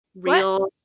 real